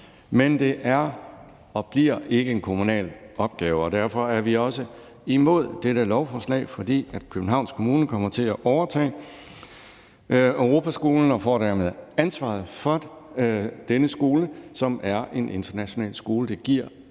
Men det er og bliver ikke en kommunal opgave, og derfor er vi også imod dette lovforslag, fordi Københavns Kommune kommer til at overtage Europaskolen og dermed få ansvaret for denne skole, som er en international skole. Det giver